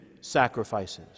sacrifices